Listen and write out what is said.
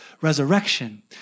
resurrection